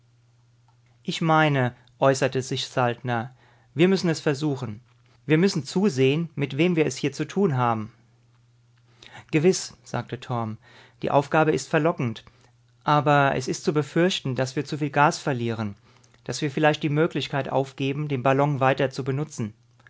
ich meine äußerte sich saltner wir müssen es versuchen wir müssen zusehen mit wem wir es hier zu tun haben gewiß sagte torm die aufgabe ist verlockend aber es ist zu befürchten daß wir zuviel gas verlieren daß wir vielleicht die möglichkeit aufgeben den ballon weiter zu benutzen